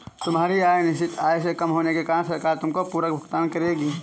तुम्हारी आय निश्चित आय से कम होने के कारण सरकार तुमको पूरक भुगतान करेगी